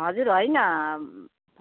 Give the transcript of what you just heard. हजुर होइन